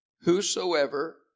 Whosoever